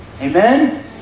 Amen